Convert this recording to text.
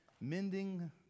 mending